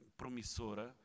promissora